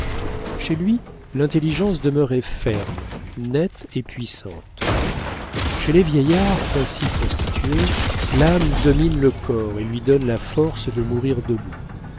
chez lui l'intelligence demeurait ferme nette et puissante chez les vieillards ainsi constitués l'âme domine le corps et lui donne la force de mourir debout